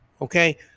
Okay